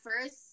first